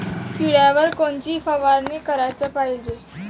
किड्याइवर कोनची फवारनी कराच पायजे?